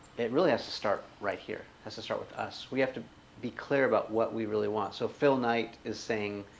it really has to start right here has to start with us we have to be clear about what we really want. so phil knight is saying,